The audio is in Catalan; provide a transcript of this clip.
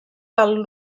del